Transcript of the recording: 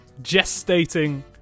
gestating